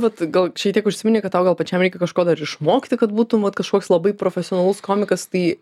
vat gal šiek tiek užsiminei kad tau gal pačiam reikia kažko dar išmokti kad būtum vat kažkoks labai profesionalus komikas tai